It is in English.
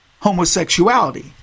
homosexuality